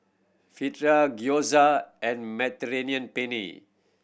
Fritada Gyoza and Mediterranean Penne